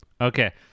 Okay